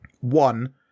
One